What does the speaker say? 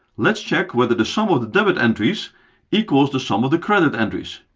let's check whether the sum of the debit entries equals the sum of the credit entries.